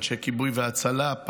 אנשי כיבוי והצלה,